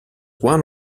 one